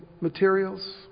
materials